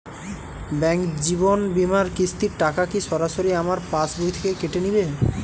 Bank জীবন বিমার কিস্তির টাকা কি সরাসরি আমার পাশ বই থেকে কেটে নিবে?